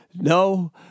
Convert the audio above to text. No